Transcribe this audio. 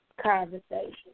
conversation